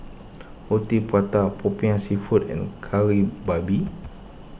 Roti Prata Popiah Seafood and Kari Babi